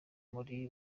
muri